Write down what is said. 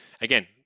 again